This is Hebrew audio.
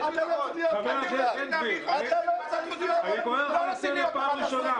חבר הכנסת בן גביר, אני קורא לך לסדר פעם ראשונה.